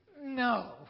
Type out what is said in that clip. No